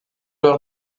leur